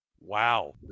Wow